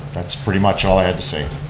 that's pretty much all i had to say.